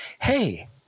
hey